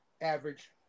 average